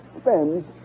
spends